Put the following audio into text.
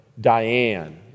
Diane